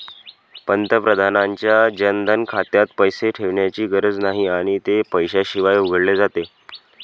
पंतप्रधानांच्या जनधन खात्यात पैसे ठेवण्याची गरज नाही आणि ते पैशाशिवाय उघडले जाते